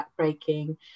backbreaking